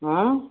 ଆଁ